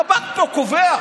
אתה בא לפה, קובע: